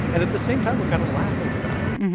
and at the same time, we're kind of laughing about it.